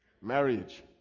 marriage